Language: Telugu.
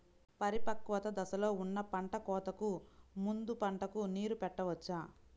పరిపక్వత దశలో ఉన్న పంట కోతకు ముందు పంటకు నీరు పెట్టవచ్చా?